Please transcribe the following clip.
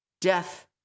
death